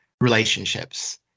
relationships